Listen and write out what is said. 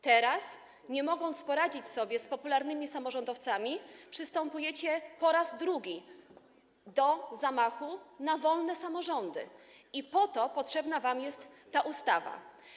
Teraz, nie mogąc poradzić sobie z popularnymi samorządowcami, przystępujecie po raz drugi do zamachu na wolne samorządy, i po to potrzebna wam jest ta ustawa.